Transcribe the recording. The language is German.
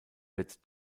wird